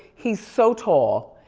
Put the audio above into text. he's so tall,